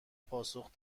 پاسخ